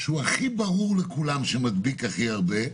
שהוא הכי ברור לכולם שמדביק הכי הרבה,